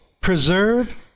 preserve